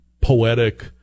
poetic